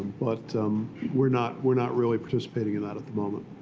but we're not we're not really participating in that at the moment.